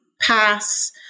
pass